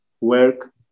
work